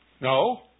No